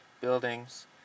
buildings